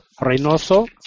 Reynoso